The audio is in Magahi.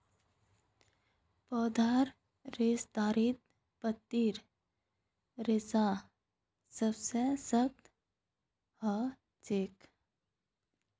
पौधार रेशेदारत पत्तीर रेशा सबसे सख्त ह छेक